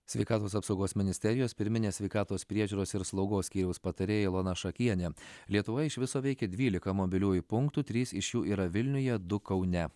sveikatos apsaugos ministerijos pirminės sveikatos priežiūros ir slaugos skyriaus patarėja ilona šakienė lietuvoje iš viso veikia dvylika mobiliųjų punktų trys iš jų yra vilniuje du kaune